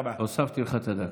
הוספתי לך את הדקה.